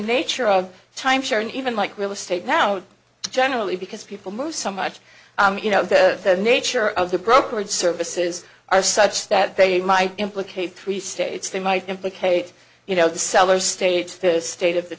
nature of time sharing even like real estate now generally because people move so much you know the nature of the brokerage services are such that they might implicate three states they might implicate you know the seller states this state of the